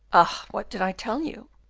ah! what did i tell you?